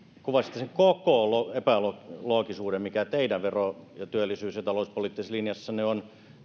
kuvasitte sen koko epäloogisuuden mikä teidän vero ja työllisyys ja talouspoliittisessa linjassanne on